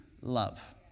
Love